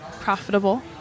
profitable